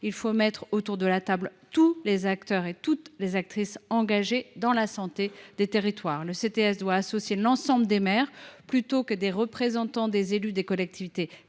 Il faut mettre autour de la table tous les acteurs et toutes les actrices des territoires engagés dans la santé. Le CTS doit associer l’ensemble des maires plutôt que des représentants des élus des collectivités